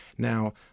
Now